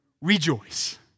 rejoice